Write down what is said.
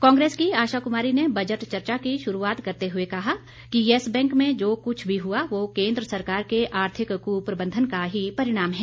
कांग्रेस की आशा कुमारी ने बजट चर्चा की शुरुआत करते हुए कहा कि येस बैंक में जो कुछ भी हुआ वह केंद्र सरकार के आर्थिक कुप्रबंधन का ही परिणाम है